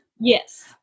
yes